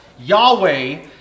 Yahweh